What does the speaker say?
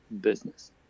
business